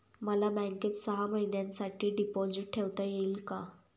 मला बँकेत सहा महिन्यांसाठी डिपॉझिट ठेवता येईल का?